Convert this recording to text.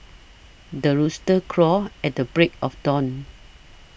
the rooster crows at the break of dawn